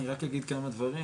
אז אני רק אגיד כמה דברים,